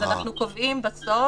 אנחנו קובעים בסוף,